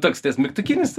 toks mygtukinis